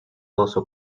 also